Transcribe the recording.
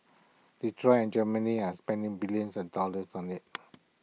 Detroit and Germany are spending billions of dollars on this